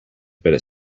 better